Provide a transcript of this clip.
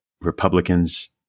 Republicans